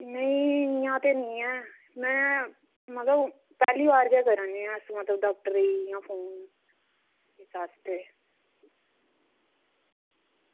में इंया ते निं ऐ में मतलब पैह्ली बार गै कराने आं इंया डॉक्टरै गी फोन इस आस्तै